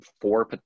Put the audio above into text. four